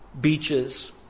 beaches